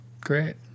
Great